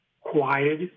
quiet